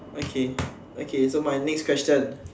okay okay so my next question